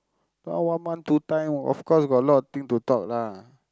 ah one month two time of course got a lot of thing to talk lah